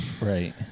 Right